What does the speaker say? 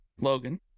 Logan